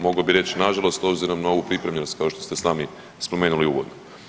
Mogao bi reći nažalost obzirom na ovu pripremljenost kao što ste sami spomenuli u uvodu.